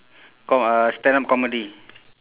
com~ uh stand up comedy